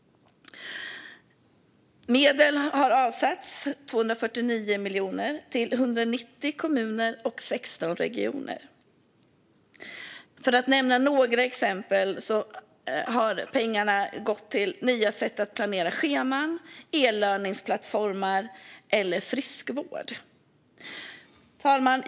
Medel har avsatts - 249 miljoner - till 190 kommuner och 16 regioner. Nya sätt att planera scheman, e-learningplattformar och friskvård är några exempel på vad pengarna har gått till. Herr talman!